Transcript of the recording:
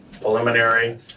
preliminary